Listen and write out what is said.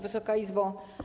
Wysoka Izbo!